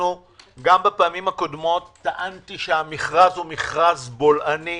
גם בפעמים הקודמות טענתי שהמכרז הוא בולעני,